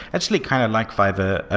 actually, kind of like fiverr,